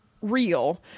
real